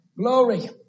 Glory